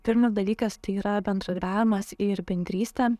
pirmas dalykas tai yra bendradabiavimas ir bendrystė